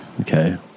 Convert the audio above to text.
Okay